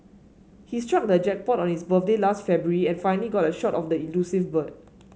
he struck the jackpot on his birthday last February and finally got a shot of the elusive bird